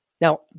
Now